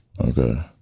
Okay